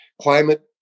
Climate